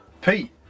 Pete